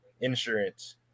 insurance